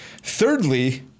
Thirdly